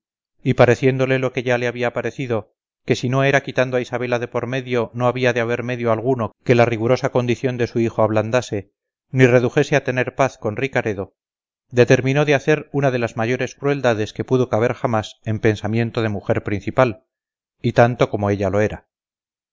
y pareciéndole lo que ya le había parecido que si no era quitando a isabela de por medio no había de haber medio alguno que la rigurosa condición de su hijo ablandase ni redujese a tener paz con ricaredo determinó de hacer una de las mayores crueldades que pudo caber jamás en pensamiento de mujer principal y tanto como ella lo era